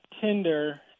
Tinder